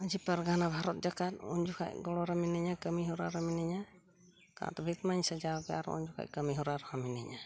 ᱢᱟᱺᱡᱷᱤ ᱯᱟᱨᱜᱟᱱᱟ ᱵᱷᱟᱨᱚᱛ ᱡᱟᱠᱟᱛ ᱩᱱᱡᱚᱠᱷᱮᱡ ᱜᱚᱲᱚ ᱨᱮ ᱢᱤᱱᱟᱹᱧᱟ ᱠᱟᱹᱢᱤ ᱦᱚᱨᱟᱨᱮ ᱢᱤᱱᱟᱹᱧᱟ ᱠᱟᱸᱛ ᱵᱷᱤᱛ ᱢᱟᱧ ᱥᱟᱡᱟᱣᱜᱮ ᱟᱨ ᱩᱱ ᱡᱚᱠᱷᱟᱡ ᱠᱟᱹᱢᱤ ᱦᱚᱨᱟ ᱨᱮᱦᱚᱸ ᱢᱤᱱᱟᱹᱧᱟ